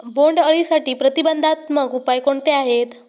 बोंडअळीसाठी प्रतिबंधात्मक उपाय कोणते आहेत?